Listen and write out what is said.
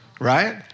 right